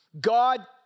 God